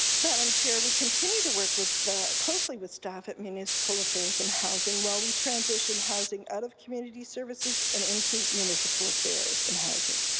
madam chair, we continue to work with closely with staff at municipal affairs and housing while we transition housing out of community services and into municipal affairs and housing.